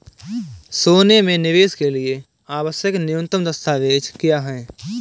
सोने में निवेश के लिए आवश्यक न्यूनतम दस्तावेज़ क्या हैं?